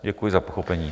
Děkuji za pochopení.